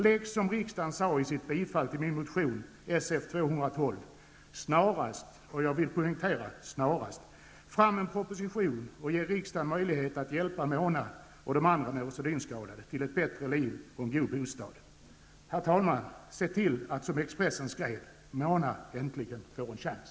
Lägg, som riksdagen sa i sitt bifall till min motion Sf212, snarast, och jag vill poängtera snarast, fram en proposition och ge riksdagen möjlighet att hjälpa Mona och de andra neurosedynskadade till ett bättre liv och en god bostad. Herr talman! Se till att som Expressen skrev -- Mona äntligen får en chans.